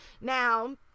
Now